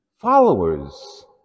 followers